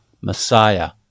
Messiah